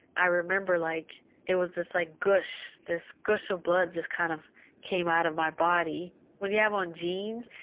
i remember like it was this like gush, this gush of blood just kinda kind of came out of my body when you have on jeans,